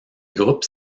groupes